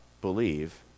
believe